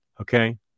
Okay